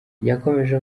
yakomeje